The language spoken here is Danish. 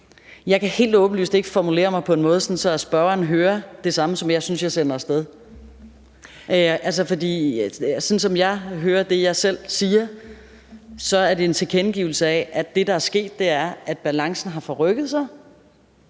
Jeg kan helt åbenlyst ikke formulere mig på en sådan måde, at spørgeren hører det samme, som jeg synes jeg sender af sted. For sådan som jeg hører det, jeg selv siger, er det en tilkendegivelse af, at det, der er sket, er, at balancen har forrykket sig,